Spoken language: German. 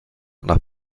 nach